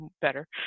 better